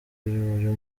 uyu